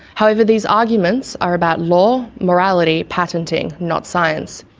however these arguments are about law, morality, patenting not science.